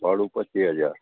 ભાડું પચીસ હજાર